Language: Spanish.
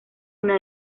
una